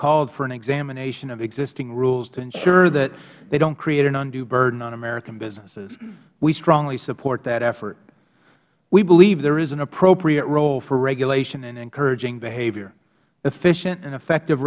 called for an examination of existing rules to ensure that they don't create an undue burden on american businesses we strongly support that effort we believe there is an appropriate role for regulation in encouraging behavior efficient and effective